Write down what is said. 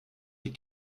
ces